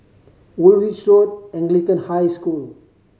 Woolwich Road Anglican High School